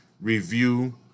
review